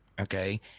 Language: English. okay